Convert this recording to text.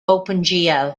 opengl